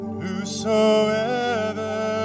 Whosoever